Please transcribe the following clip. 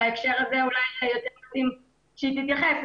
בהקשר הזה אולי מתאים יותר שהיא תתייחס.